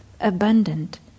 abundant